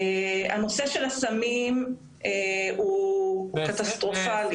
הנושא של הסמים הוא קטסטרופלי.